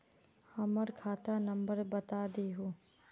हमर खाता नंबर बता देहु?